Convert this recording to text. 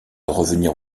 revenir